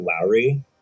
Lowry